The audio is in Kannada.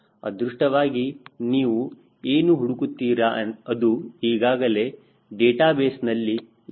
ಅದೃಷ್ಟ ವಾಗಿ ನೀವು ಏನು ಹುಡುಕುತ್ತೀರಾ ಅದು ಈಗಾಗಲೇ ಡೇಟಾಬೇಸ್ನಲ್ಲಿ ಇದೆ